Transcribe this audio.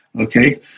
Okay